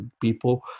people